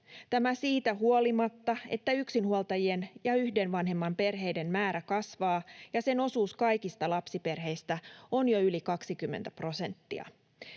Tämä siitä huolimatta, että yksinhuoltajien ja yhden vanhemman perheiden määrä kasvaa ja niiden osuus kaikista lapsiperheistä on jo yli 20 prosenttia.